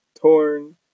torn